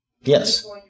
Yes